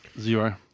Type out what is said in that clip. Zero